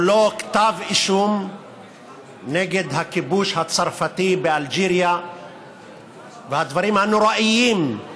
אישום נגד הכיבוש הצרפתי באלג'יריה והדברים הנוראים שהצרפתים